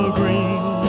green